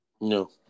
No